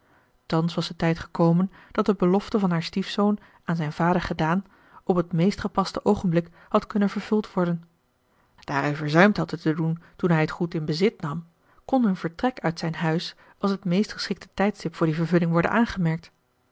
thans was de tijd gekomen dat de belofte van haar stiefzoon aan zijn vader gedaan op het meest gepaste oogenblik had kunnen vervuld worden daar hij verzuimd had het te doen toen hij het goed in bezit nam kon hun vertrek uit zijn huis als het meest geschikte tijdstip voor die vervulling worden aangemerkt